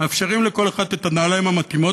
מאפשרים לכל אחד את הנעליים המתאימות